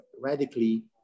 radically